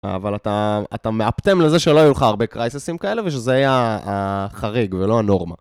אבל אתה מאפתם לזה שלא היו לך הרבה קרייססים כאלה ושזה היה החריג ולא הנורמה.